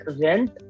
rent